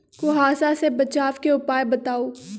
कुहासा से बचाव के उपाय बताऊ?